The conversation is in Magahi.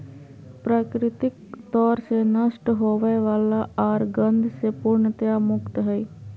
प्राकृतिक तौर से नष्ट होवय वला आर गंध से पूर्णतया मुक्त हइ